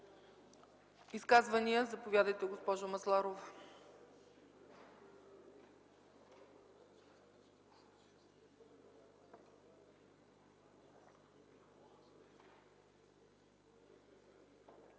изказвания? Заповядайте, госпожо Масларова.